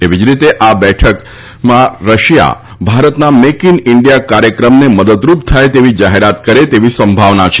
એવી જ રીતે આ બેઠકમાં રશિયા ભારતના મેક ઇન ઇન્ડિયા કાર્યક્રમને મદદરૂપ થાય તેવી જાહેરાત કરે તેવી સંભાવના છે